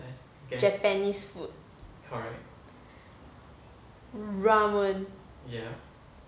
japanese food ramen